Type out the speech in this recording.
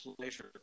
pleasure